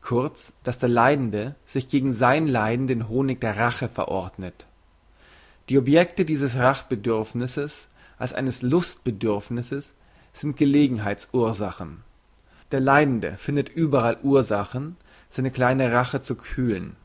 kurz dass der leidende sich gegen sein leiden den honig der rache verordnet die objekte dieses rach bedürfnisses als eines lust bedürfnisses sind gelegenheits ursachen der leidende findet überall ursachen seine kleine rache zu kühlen